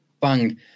Bang